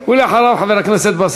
חבר הכנסת מיקי לוי,